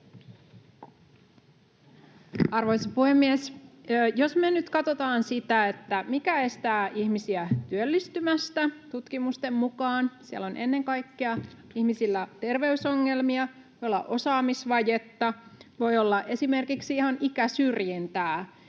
Arvoisa puhemies! Jos me nyt katsotaan, mikä estää ihmisiä työllistymästä tutkimusten mukaan, niin siellä ennen kaikkea ihmisillä on terveysongelmia, voi olla osaamisvajetta, voi olla esimerkiksi ihan ikäsyrjintää,